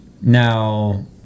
Now